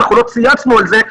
לא צייצנו על זה,